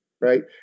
right